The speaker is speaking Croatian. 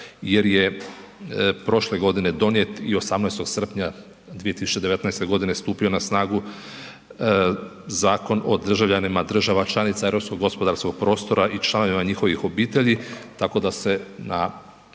jer je prošle godine donijet i 18. srpnja 2019. godine stupio na snagu Zakon o državljanima država članica europskog gospodarskog prostora i članovima njihovih obitelji tako da se na